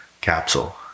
capsule